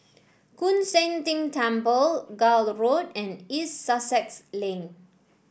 Koon Seng Ting Temple Gul Road and East Sussex Lane